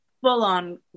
full-on